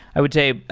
i would say,